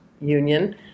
union